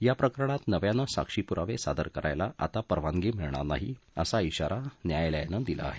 या प्रकरणात नव्यानं साक्षीपुरावे सादर करायला आता परवानगी मिळणार नाही असा इशारा न्यायालयाने दिला आहे